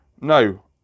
no